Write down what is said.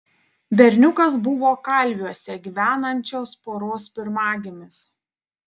berniukas buvo kalviuose gyvenančios poros pirmagimis